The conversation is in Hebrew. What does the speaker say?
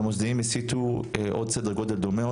והמוסדיים הסיטו עוד סדר גודל דומה,